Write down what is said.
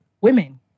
women